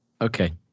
Okay